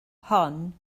hon